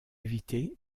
invité